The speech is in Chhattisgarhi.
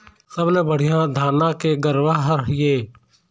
सबले बढ़िया धाना के का गरवा हर ये?